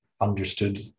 understood